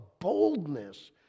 boldness